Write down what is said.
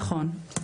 נכון,